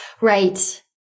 Right